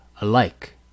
alike